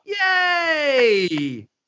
Yay